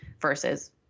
versus